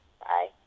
Bye